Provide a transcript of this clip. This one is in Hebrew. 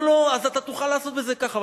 לא, לא, אז תוכל לעשות בזה ככה.